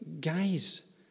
guys